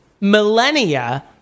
millennia